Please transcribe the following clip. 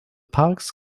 parks